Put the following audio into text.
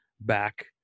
back